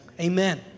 amen